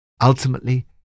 Ultimately